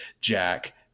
Jack